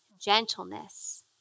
gentleness